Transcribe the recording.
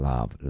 Love